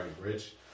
rich